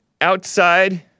outside